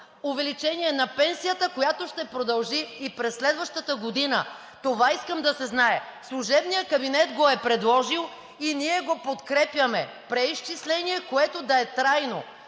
увеличение на пенсията, която ще продължи и през следващата година. Това искам да се знае! Служебният кабинет го е предложил и ние го подкрепяме – преизчисление, което да е трайно,